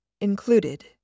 included